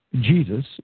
Jesus